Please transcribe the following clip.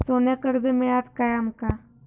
सोन्याक कर्ज मिळात काय आमका?